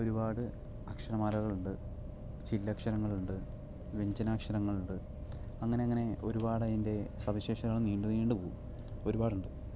ഒരുപാട് അക്ഷരമാലകൾ ഉണ്ട് ചില്ലക്ഷരങ്ങൾ ഉണ്ട് വ്യഞ്ജനാക്ഷരങ്ങൾ ഉണ്ട് അങ്ങനങ്ങനെ ഒരുപാട് അതിൻ്റെ സവിശേഷതകൾ നീണ്ട് നീണ്ട് പോവും ഒരുപാടുണ്ട്